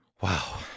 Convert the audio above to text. Wow